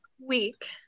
week